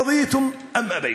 תרצו או תמאנו.